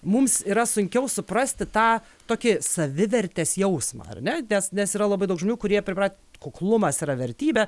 mums yra sunkiau suprasti tą tokį savivertės jausmą ar ne nes nes yra labai daug žmonių kurie priprat kuklumas yra vertybė